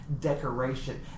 decoration